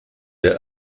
der